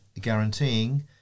guaranteeing